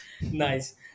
Nice